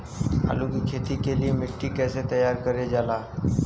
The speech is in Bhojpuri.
आलू की खेती के लिए मिट्टी कैसे तैयार करें जाला?